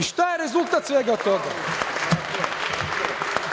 I šta je rezultat svega